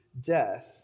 death